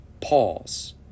pause